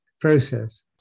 process